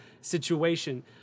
situation